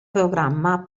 programma